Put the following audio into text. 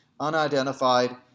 unidentified